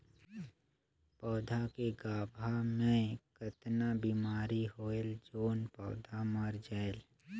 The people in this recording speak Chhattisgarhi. पौधा के गाभा मै कतना बिमारी होयल जोन पौधा मर जायेल?